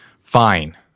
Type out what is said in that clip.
fine